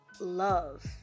love